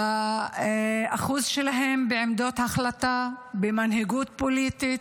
באחוז שלהן בעמדות ההחלטה, במנהיגות פוליטית,